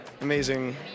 amazing